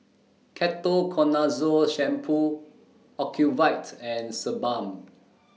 Ketoconazole Shampoo Ocuvite and Sebamed